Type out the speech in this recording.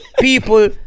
people